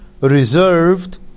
reserved